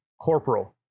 corporal